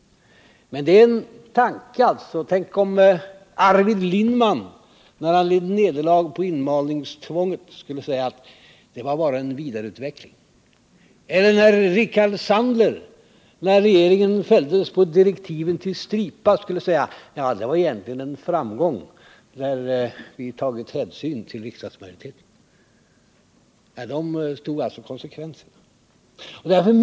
Tänk om Arvid Lindman när han led nederlag på inmalningstvånget skulle ha sagt att det bara var en vidareutveckling av regeringens tankegångar! Eller om Rickard Sandler när regeringen fälldes på direktiven till Stripa skulle ha sagt: Det var egentligen en framgång; vi har tagit hänsyn till riksdagsmajoriteten. — Men de tog alltså konsekvenserna.